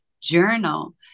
journal